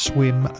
Swim